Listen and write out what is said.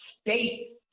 state